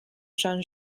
jan